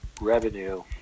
revenue